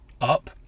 up